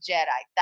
Jedi